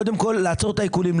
קודם כול לעצור את העיקולים,